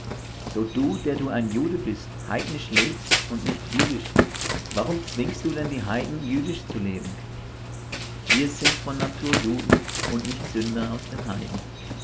so du der du ein jude bist heidnisch lebst und nicht jüdisch warum zwingst du denn die heiden jüdisch zu leben wir sind von natur juden und nicht sünder aus den heiden